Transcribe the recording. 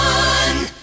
one